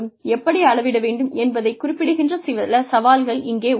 எப்படி அளவிட வேண்டும் என்பதைக் குறிப்பிடுகின்ற சில சவால்கள் இங்கே உள்ளன